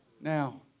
Now